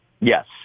Yes